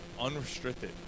unrestricted